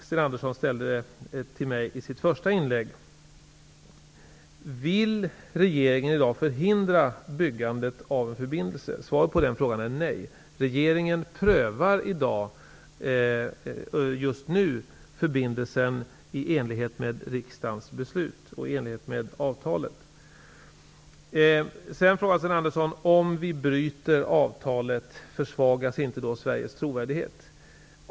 Sten Andersson ställde tre frågor till mig i sitt första inlägg. Han frågade: Vill regeringen i dag förhindra byggandet av en förbindelse? Svaret på den frågan är nej. Regeringen prövar just nu förbindelsen i enlighet med riksdagens beslut och i enlighet med avtalet. Sedan frågade Sten Andersson: Om vi bryter avtalet, försvagas då inte Sveriges trovärdighet?